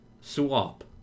swap